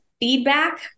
feedback